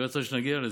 מי רצה שנגיע לזה?